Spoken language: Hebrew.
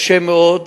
קשה מאוד.